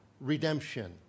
redemption